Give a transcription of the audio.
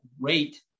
great